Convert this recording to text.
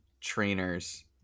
trainers